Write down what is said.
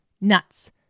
nuts